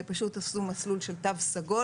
פשוט עשו מסלול של תו סגול,